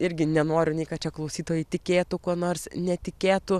irgi nenoriu nei kad čia klausytojai tikėtų kuo nors netikėtų